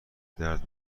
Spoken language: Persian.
درد